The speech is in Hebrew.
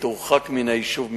ותורחק מהיישוב מגרון,